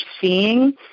seeing